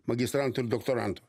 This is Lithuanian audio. magistrantų ir doktorantų